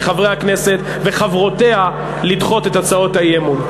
מחברי הכנסת וחברותיה לדחות את הצעות האי-אמון.